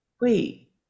wait